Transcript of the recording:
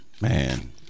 Man